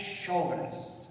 chauvinist